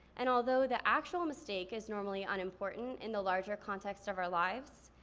and although the actual mistake is normally unimportant in the larger context of our lives,